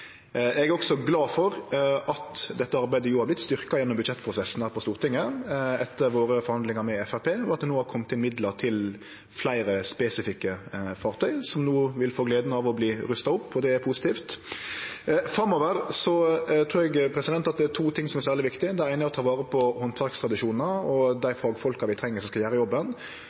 eg glad for. Eg er også glad for at dette arbeidet har vorte styrkt gjennom budsjettprosessen her på Stortinget, etter våre forhandlingar med Framstegspartiet, og at det no har kome midlar til fleire spesifikke fartøy, som vil få gleda av å verte rusta opp. Det er positivt. Framover trur eg det er to ting som er særleg viktige. Det eine er å ta vare på handverkstradisjonar og dei fagfolka vi treng til å gjere jobben.